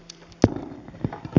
tu r